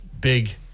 big